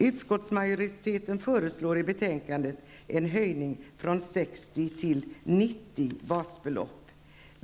Utskottsmajoriteten föreslår i betänkandet en höjning från 60 till 90 basbelopp.